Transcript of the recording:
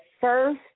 first